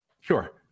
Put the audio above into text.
Sure